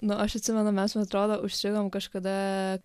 na aš atsimenu mes va atrodo užstrigom kažkada